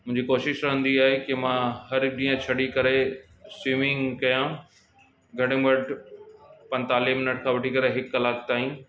मुंहिंजी कोशिश रहंदी आहे की मां हर हिकु ॾींहुं छॾॅए करे स्विमिंग कयां घटि में घटि पंजतालीह मिंट खां वठी करे हिकु कलाक ताईं